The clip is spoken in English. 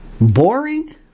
boring